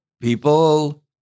People